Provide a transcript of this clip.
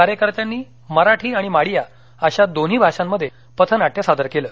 कार्यकर्त्यांनी मराठी आणि माडिया अशा दोन्ही भाषांमध्ये पथनाट्य सादर केले